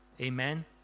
Amen